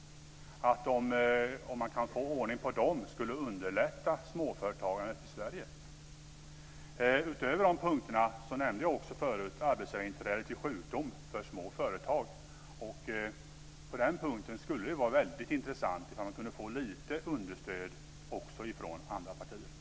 Om det går att få ordning på dem skulle småföretagandet i Sverige underlättas. Utöver de punkterna nämnde jag förut arbetsgivarinträde vid sjukdom för små företag. På den punkten skulle det vara intressant att få lite understöd också från andra partier.